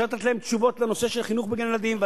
אפשר לתת להם תשובות בנושא חינוך בגני-ילדים.